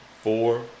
Four